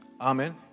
Amen